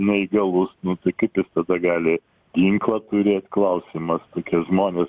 neįgalus nu tai kaip ir tada gali ginklą turėt klausimas tokie žmonės